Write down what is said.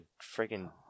freaking